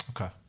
Okay